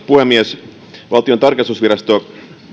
puhemies valtion tarkastusvirasto